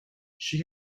she